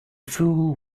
fool